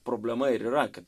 problema ir yra kad